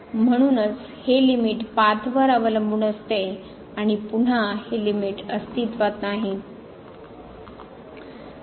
म्हणूनच हे limit path वर अवलंबून असते आणि पुन्हा हे लिमिट अस्तित्त्वात नाही